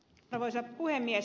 arvoisa puhemies